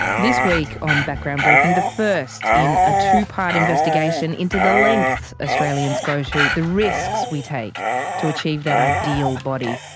this week on background briefing the first in a two-part investigation into the lengths australians go to, the risks we take to achieve that ideal body.